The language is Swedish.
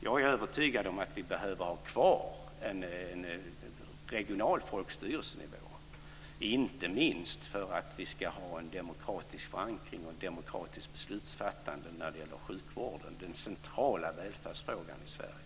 Jag är övertygad om att vi behöver ha kvar en regional folkstyrelsenivå, inte minst för att vi ska ha en demokratisk förankring och ett demokratiskt beslutsfattande när det gäller sjukvården, den centrala välfärdsfrågan i Sverige.